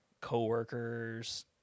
co-workers